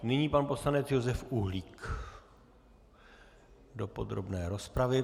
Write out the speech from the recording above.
Nyní pan poslanec Josef Uhlík do podrobné rozpravy.